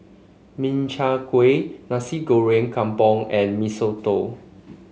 Min Chiang Kueh Nasi Goreng Kampung and Mee Soto